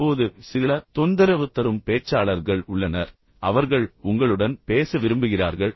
இப்போது சில தொந்தரவு தரும் பேச்சாளர்கள் உள்ளனர் அவர்கள் உங்களுடன் பேச விரும்புகிறார்கள்